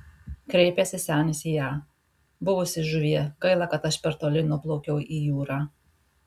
kreipėsi senis į ją buvusi žuvie gaila kad aš per toli nuplaukiau į jūrą